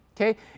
okay